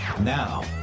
now